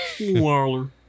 Waller